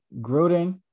Gruden